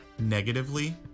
negatively